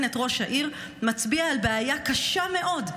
את ראש העיר מצביע על בעיה קשה מאוד.